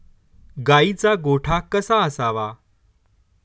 गाईचा गोठा कसा असावा?